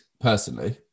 personally